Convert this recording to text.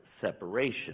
separation